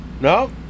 No